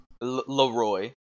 Leroy